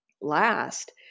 last